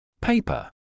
Paper